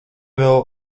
vēl